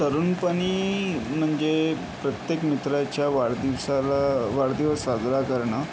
तरुणपणी म्हणजे प्रत्येक मित्राच्या वाढदिवसाला वाढदिवस साजरा करणं